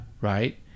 Right